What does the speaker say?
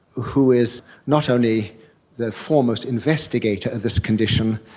who is not only the foremost investigator of this condition,